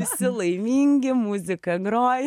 visi laimingi muzika groja